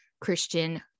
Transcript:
Christian